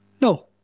No